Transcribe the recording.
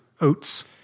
oats